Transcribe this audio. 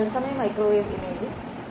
തത്സമയ microwave imaging